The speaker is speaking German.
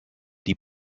die